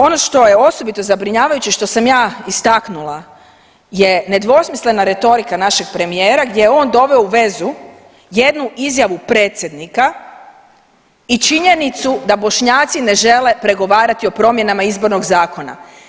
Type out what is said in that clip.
Ono što je osobito zabrinjavajuće što sam ja istaknula je nedvosmislena retorika našeg premijera gdje je on doveo u vezu jednu izjavu predsjednika i činjenicu da Bošnjaci ne žele pregovarati o promjenama izbornog zakona.